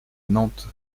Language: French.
nantes